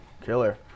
killer